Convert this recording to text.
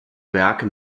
werke